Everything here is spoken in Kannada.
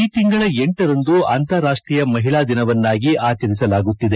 ಈ ತಿಂಗಳ ಲ ರಂದು ಅಂತಾರಾಷ್ಟೀಯ ಮಹಿಳಾ ದಿನವನ್ನಾಗಿ ಆಚರಿಸಲಾಗುತ್ತಿದೆ